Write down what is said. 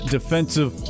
Defensive